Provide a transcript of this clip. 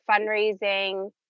fundraising